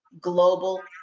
Global